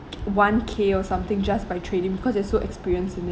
one K or something just by trading because they're so experienced in it